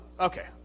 Okay